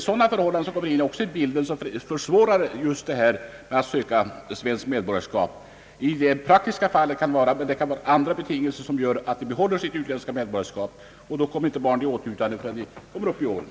Sådana förhållanden försvårar för många att söka svenskt medborgarskap, och det kan också finnas annat som gör att somliga vill behålla det utländska medborgarskapet, och då blir heller inte barnet svensk medborgare förrän det kommit en bit upp i åren.